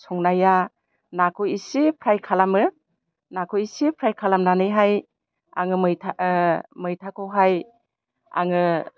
संनाया नाखौ एसे फ्राय खालामो नाखौ एसे फ्राय खालामनानैहाय आङो मैथाखौहाय आङो